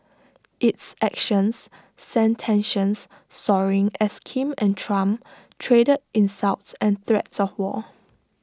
its actions sent tensions soaring as Kim and Trump traded insults and threats of war